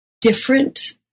different